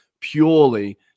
purely